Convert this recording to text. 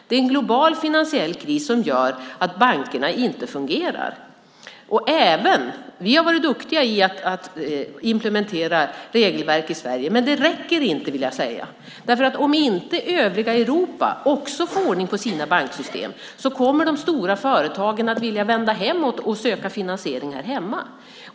Det är en global finansiell kris som gör att bankerna inte fungerar. Vi har i Sverige varit duktiga på att implementera regelverk, men det räcker inte vill jag säga, för om inte övriga Europa får ordning på sina banksystem kommer de stora företagen att vilja vända hemåt och söka finansiering här hemma.